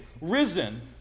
risen